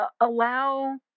allow